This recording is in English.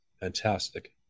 fantastic